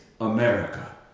America